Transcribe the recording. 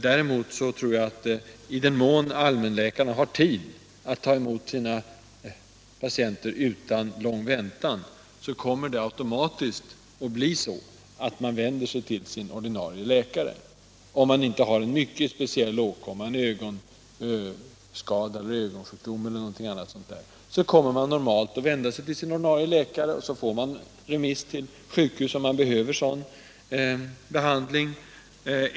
Däremot tror jag att i den mån allmänläkarna har tid att ta emot sina patienter utan lång väntan, kommer det automatiskt att bli så att man först vänder sig till sin ordinarie läkare, om man inte har en mycket speciell åkomma — en ögonskada, en ögonsjukdom eller någonting annat. Då kommer man normalt att vända sig till sin vanliga läkare och man får remiss till sjukhus om man behöver sådan behandling.